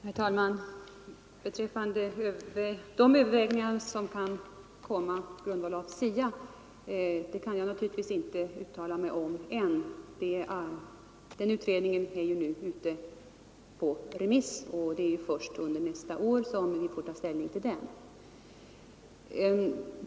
Herr talman! Beträffande de överväganden som kan komma att göras i anledning av SIA-utredningens betänkande kan jag naturligtvis inte uttala mig ännu, eftersom den utredningen nu är ute på remiss. Det blir först under nästa år som vi får ta ställning till den.